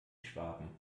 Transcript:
schwaben